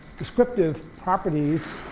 descriptive properties